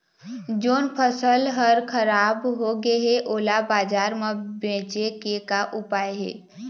जोन फसल हर खराब हो गे हे, ओला बाजार म बेचे के का ऊपाय हे?